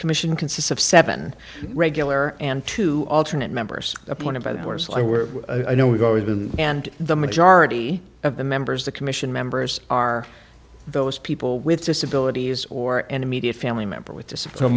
commission consists of seven regular and two alternate members appointed by or so i where i know we've always been and the majority of the members the commission members are those people with disabilities or an immediate family member with discipline